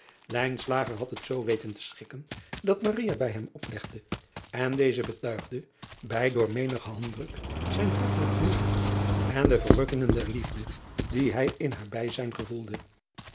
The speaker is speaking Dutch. had het zoo weten te schikken dat bij hem oplegde en deze betuigde hij door menigen handdruk zijn hartelijk genoegen en de verrukkingen der liefde die hij in haar bijzijn gevoelde